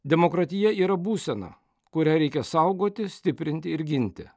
demokratija yra būsena kurią reikia saugoti stiprinti ir ginti